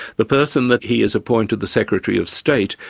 the person that he has appointed the secretary of state,